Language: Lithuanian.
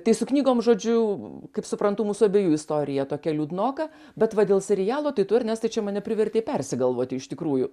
tai su knygom žodžiu kaip suprantu mūsų abiejų istorija tokia liūdnoka bet va dėl serialo tai tu ernestai čia mane privertei persigalvoti iš tikrųjų